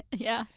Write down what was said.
yeah.